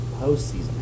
postseason